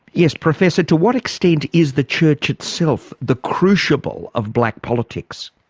yes, professor, to what extent is the church itself the crucible of black politics?